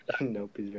Nope